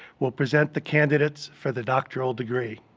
will present the candidates for the doctoral degree.